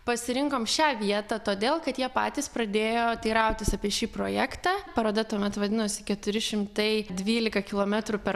pasirinkom šią vietą todėl kad jie patys pradėjo teirautis apie šį projektą paroda tuomet vadinosi keturi šimtai dvylika kilometrų per